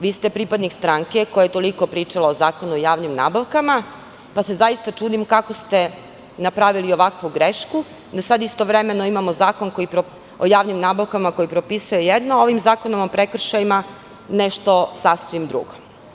Vi ste pripadnik stranke koja je toliko pričala o Zakonu o javnim nabavkama, pa se čudim kako ste napravili ovakvu grešku da sada istovremeno imamo Zakon o javnim nabavkama koji propisuje jedno, a ovim zakonom o prekršajima nešto sasvim drugo.